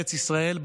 בארץ ישראל,